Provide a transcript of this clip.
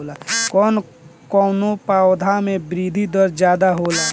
कवन कवने पौधा में वृद्धि दर ज्यादा होला?